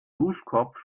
duschkopf